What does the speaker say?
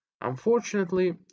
Unfortunately